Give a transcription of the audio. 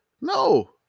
no